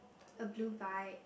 a blue bike